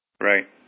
Right